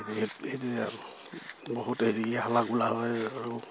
বহুত হালা গোলা হয় আৰু